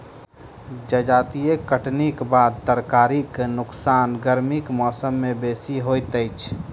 जजाति कटनीक बाद तरकारीक नोकसान गर्मीक मौसम मे बेसी होइत अछि